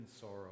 sorrow